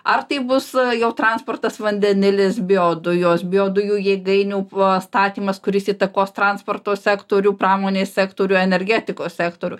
ar tai bus jau transportas vandenilis biodujos biodujų jėgainių pastatymas kuris įtakos transporto sektorių pramonės sektorių energetikos sektorių